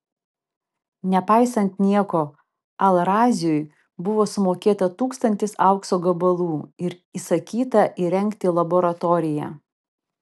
nepaisant nieko al raziui buvo sumokėta tūkstantis aukso gabalų ir įsakyta įrengti laboratoriją